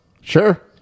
Sure